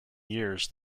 years